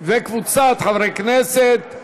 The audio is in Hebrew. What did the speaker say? וקבוצת חברי הכנסת.